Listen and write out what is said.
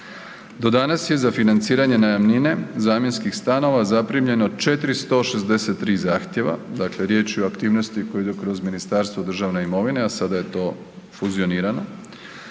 Do danas je za financiranje najamnine zamjenskih stanova zaprimljeno 463 zahtjeva, dakle riječ je o aktivnosti koja ide kroz Ministarstvo državne imovine, a sada je to fuzionirano.